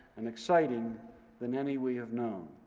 and exciting than any we have known.